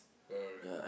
alright